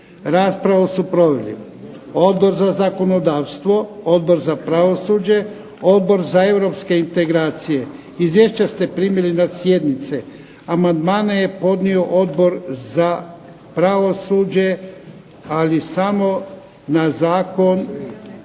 Raspravu su proveli: Odbor za zakonodavstvo, Odbor za pravosuđe, Odbor za europske integracije. Izvješća ste primili na sjednici. Amandmane je podnio Odbor za pravosuđe, ali samo na Konačni